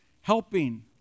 helping